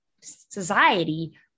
society